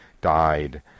died